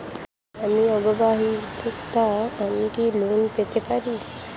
আমি অবিবাহিতা আমি কি লোন পেতে পারি?